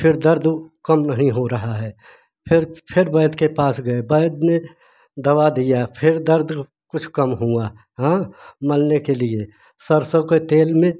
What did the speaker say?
फिर दर्द कम नहीं हो रहा है फिर फिर वैद्य के पास गए वैद्य ने दवा दिया है फिर दर्द कुछ कम हुआ हाँ मलने के लिए सरसों के तेल में